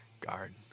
guard